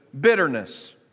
bitterness